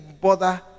bother